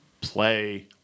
play –